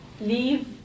leave